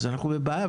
אז אנחנו בבעיה.